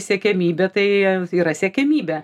siekiamybė tai yra siekiamybė